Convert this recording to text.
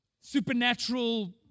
supernatural